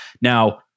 Now